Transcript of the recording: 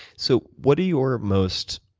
so what are your most,